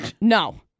no